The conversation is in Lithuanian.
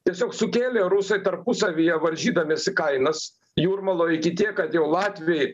tiesiog sukėlė rusai tarpusavyje varžydamiesi kainas jūrmaloj iki tiek kad jau latviai